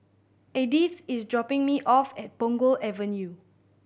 Edythe is dropping me off at Punggol Avenue